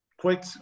quick